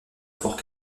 fort